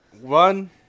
one